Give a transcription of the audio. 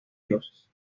dioses